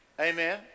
Amen